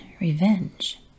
revenge